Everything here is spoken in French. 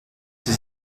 ses